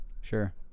Sure